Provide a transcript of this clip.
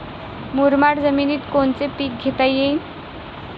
मुरमाड जमिनीत कोनचे पीकं घेता येईन?